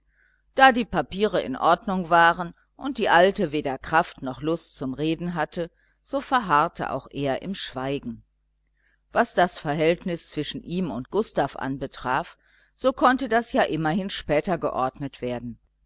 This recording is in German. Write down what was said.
da die papiere in ordnung waren und die alte weder kraft noch lust zum reden hatte so verharrte auch er im schweigen was das verhältnis zwischen ihm und gustav anbetraf so konnte das ja immerhin später geordnet werden